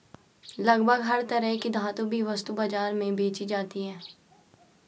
लगभग हर तरह की धातु भी वस्तु बाजार में बेंची जाती है